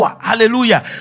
Hallelujah